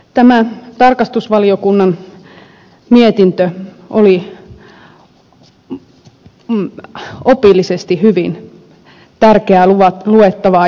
tämä tarkastusvaliokunnan mietintö oli opillisesti hyvin tärkeää luettavaa